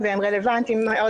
רגע, איתן, יש לי שאלה.